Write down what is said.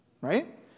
Right